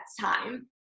time